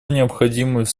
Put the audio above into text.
необходимость